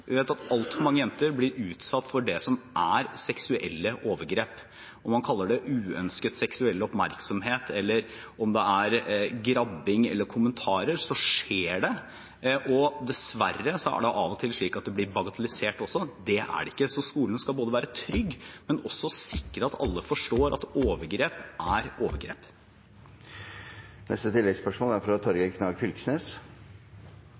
som er seksuelle overgrep. Om man kaller det uønsket seksuell oppmerksomhet, eller om det er grabbing eller kommentarer, skjer det, og dessverre er det av og til slik at det blir bagatellisert også. Det skal det ikke. Skolen skal være trygg, men også sikre at alle forstår at overgrep er overgrep.